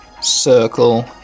circle